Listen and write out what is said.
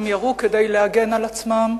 הם ירו כדי להגן על עצמם,